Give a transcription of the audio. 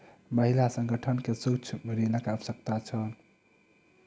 महिला संगठन के सूक्ष्म ऋणक आवश्यकता छल